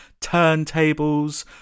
turntables